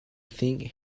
think